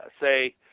say